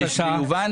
שקלים.